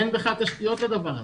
אין בכלל תשתיות לדבר הזה.